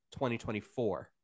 2024